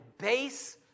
base